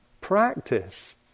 practice